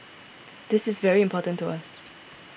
this is very important to us